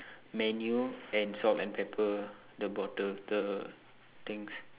menu and salt and pepper the bottle the things